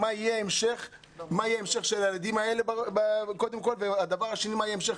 מה יהיה המשך הילדים האלה ומה יהיה ההמשך